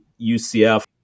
UCF